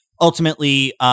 ultimately